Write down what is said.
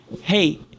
hey